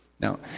Now